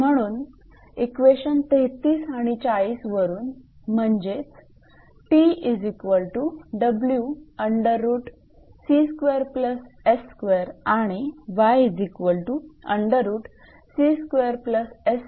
म्हणून इक्वेशन 33 आणि 40 वरून म्हणजे 𝑇 आणि हे आहेत